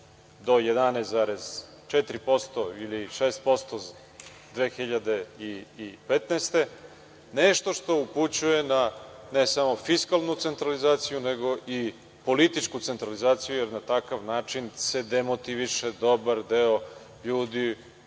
do 11,4% ili 11,6%, 2015. godine nešto što upućuje na, ne samo fiskalnu centralizaciju nego i političku centralizaciju, jer na takav način se demotiviše dobar deo ljudi